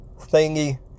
thingy